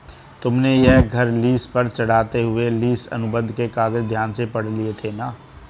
तुमने यह घर लीस पर चढ़ाते हुए लीस अनुबंध के कागज ध्यान से पढ़ लिए थे ना?